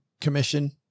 Commission